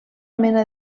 mena